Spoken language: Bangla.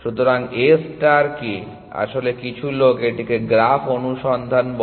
সুতরাং A ষ্টার কে আসলে কিছু লোক এটিকে গ্রাফ অনুসন্ধান বলে